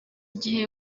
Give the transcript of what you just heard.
gihe